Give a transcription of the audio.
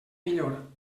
millor